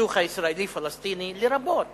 בסכסוך הישראלי-פלסטיני, לרבות